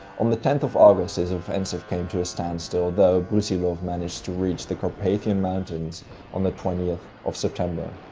on the tenth of august his offensive came to a standstill, though brusilov managed to reach the carpathian mountains on the twentieth of september.